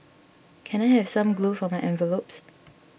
can I have some glue for my envelopes